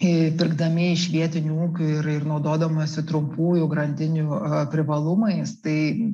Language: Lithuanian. ė pirkdami iš vietinių ūkių ir ir naudodamiesi trumpųjų grandinių privalumais tai